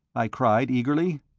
i cried, eagerly.